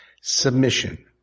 Submission